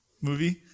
Movie